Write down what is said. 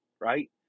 right